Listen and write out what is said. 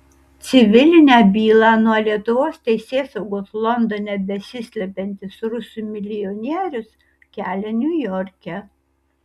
civilinę bylą nuo lietuvos teisėsaugos londone besislepiantis rusų milijonierius kelia niujorke